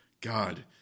God